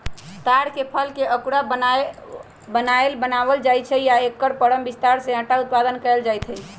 तार के फलके अकूरा बनाएल बनायल जाइ छै आ एकर परम बिसार से अटा उत्पादन कएल जाइत हइ